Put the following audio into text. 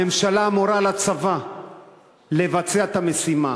הממשלה מורה לצבא לבצע את המשימה.